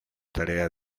tarea